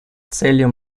целью